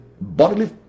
bodily